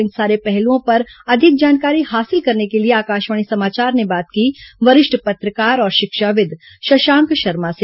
इन सारे पहलुओं पर अधिक जानकारी हासिल करने के लिए आकाशवाणी समाचार ने बात की वरिष्ठ पत्रकार और शिक्षाविद् शशांक शर्मा से